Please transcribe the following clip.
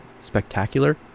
spectacular